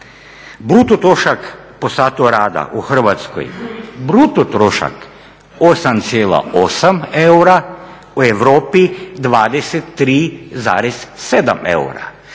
Bruto trošak po satu rada u Hrvatskoj, bruto trošak, 8,8 eura, a u Europi 23,7 eura.